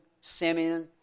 Simeon